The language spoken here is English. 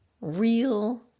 real